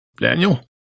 Daniel